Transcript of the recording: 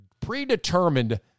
predetermined